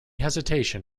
hesitation